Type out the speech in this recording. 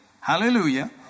Hallelujah